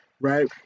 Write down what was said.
right